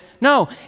No